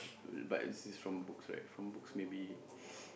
uh but this is from books right from books maybe